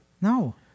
No